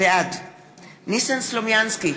בעד ניסן סלומינסקי,